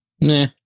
Nah